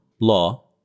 law